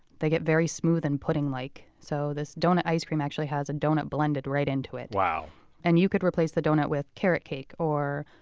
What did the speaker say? they get very smooth and pudding-like, so this donut ice cream actually has a donut blended right into it wow and you could replace the donut with carrot cake, or,